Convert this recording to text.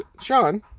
sean